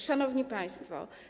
Szanowni Państwo!